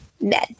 men